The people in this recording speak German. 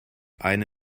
eine